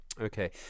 okay